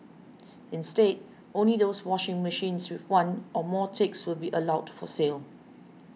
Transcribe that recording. instead only those washing machines with one or more ticks will be allowed for sale